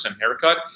haircut